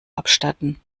abstatten